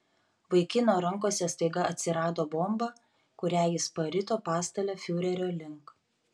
vaikino rankose staiga atsirado bomba kurią jis parito pastale fiurerio link